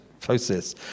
process